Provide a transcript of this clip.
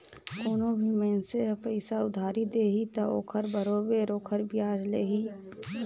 कोनो भी मइनसे ह पइसा उधारी दिही त ओखर बरोबर ओखर बियाज लेही